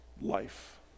life